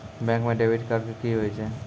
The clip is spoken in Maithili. बैंक म डेबिट कार्ड की होय छै?